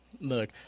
Look